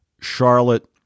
Charlotte